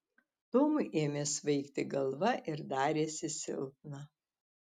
tomui ėmė svaigti galva ir darėsi silpna